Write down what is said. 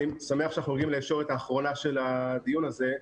אני שמח שאנחנו מגיעים לישורת האחרונה של הדיון הזה.